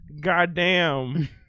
goddamn